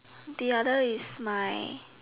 the other is my